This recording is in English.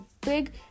big